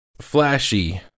flashy